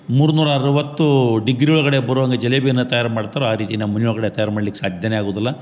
ಮೂರು ನೂರ ಆರವತ್ತು ಡಿಗ್ರಿ ಒಳಗಡೆ ಬರುವಂಗೆ ಜಿಲೇಬಿಯನ್ನು ತಯಾರು ಮಾಡ್ತಾರೋ ಆ ರೀತಿ ನಮ್ಮ ಮನೆ ಒಳಗಡೆ ತಯಾರು ಮಾಡ್ಲಿಕ್ಕೆ ಸಾಧ್ಯವೇ ಆಗುದಿಲ್ಲ